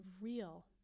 real